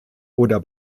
oder